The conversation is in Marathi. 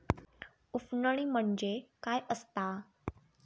उफणणी म्हणजे काय असतां?